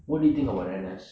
what do you think about N_S